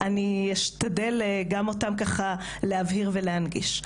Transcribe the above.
אני אשתדל גם אותם להבהיר ולהנגיש.